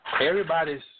Everybody's